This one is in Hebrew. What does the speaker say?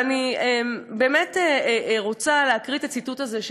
אבל אני באמת רוצה להקריא את הציטוט הזה,